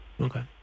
Okay